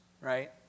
right